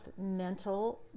mental